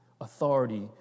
authority